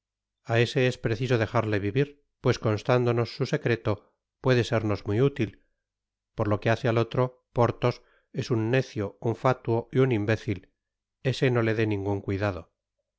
á ese es preciso dejarle vivir pues constándonos su secreto puede sernos muy útil por lo que hace al otro porthos es un necio un fátuo y un imbécil ese no le dé ningun cuidado